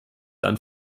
dann